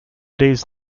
days